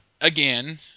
again